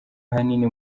ahanini